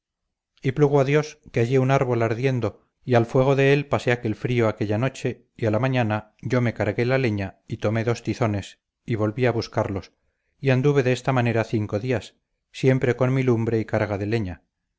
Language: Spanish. plugo a dios que hallé un árbol ardiendo y al fuego de él pasé aquel frío aquella noche y a la mañana yo me cargué la leña y tomé dos tizones y volví a buscarlos y anduve de esta manera cinco días siempre con mi lumbre y carga de leña